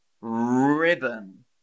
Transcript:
ribbon